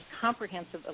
comprehensive